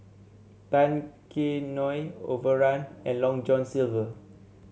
Tao Kae Noi Overrun and Long John Silver